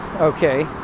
okay